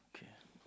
okay